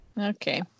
Okay